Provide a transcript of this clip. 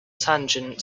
tangent